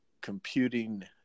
computing